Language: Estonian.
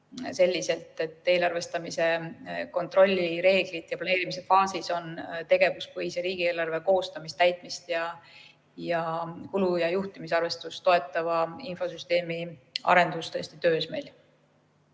oleksid] eelarvestamise kontrollireeglid ja planeerimise faasis on tegevuspõhise riigieelarve koostamist, täitmist ning kulu‑ ja juhtimisarvestust toetava infosüsteemi arendus. Järgmise